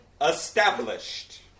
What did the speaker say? established